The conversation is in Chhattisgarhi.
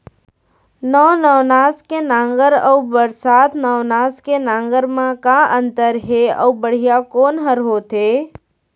नौ नवनास के नांगर अऊ बरसात नवनास के नांगर मा का अन्तर हे अऊ बढ़िया कोन हर होथे?